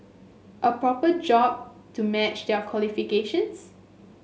a proper job to match their qualifications